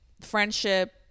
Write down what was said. friendship